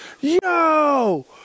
Yo